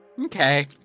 Okay